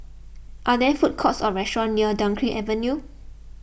are there food courts or restaurants near Dunkirk Avenue